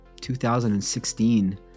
2016